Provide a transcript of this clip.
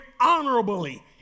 honorably